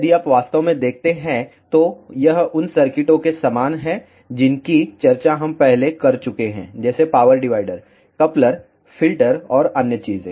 यदि आप वास्तव में देखते हैं तो यह उन सर्किटों के समान है जिनकी चर्चा हम पहले कर चुके हैं जैसे पावर डिवाइडर कपलर फिल्टर और अन्य चीजें